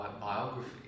biography